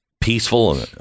peaceful